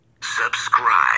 subscribe